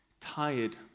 tired